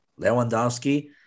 Lewandowski